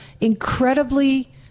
incredibly